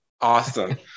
Awesome